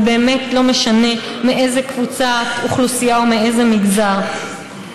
ובאמת לא משנה מאיזו קבוצת אוכלוסייה או מאיזה מגזר את.